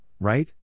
right